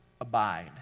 abide